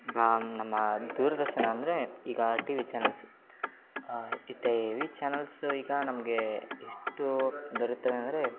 ಈಗ ನಮ್ಮ ದೂರದರ್ಶನ ಅಂದರೆ ಈಗ ಟಿ ವಿ ಚಾನಲ್ಸು ಈ ಟೆ ವಿ ಚಾನಲ್ಸು ಈಗ ನಮಗೆ ಎಷ್ಟು ದೊರೀತವೆ ಅಂದರೆ